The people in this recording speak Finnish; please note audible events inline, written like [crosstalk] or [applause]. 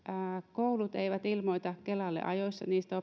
koulut eivät ilmoita kelalle ajoissa niistä [unintelligible]